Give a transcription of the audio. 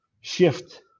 shift